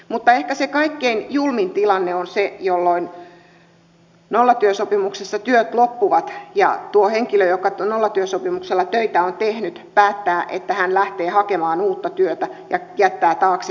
mutta ehkä se kaikkein julmin tilanne on se jolloin nollatyösopimuksessa työt loppuvat ja tuo henkilö joka nollatyösopimuksella töitä on tehnyt päättää että hän lähtee hakemaan uutta työtä ja jättää taakseen sen vanhan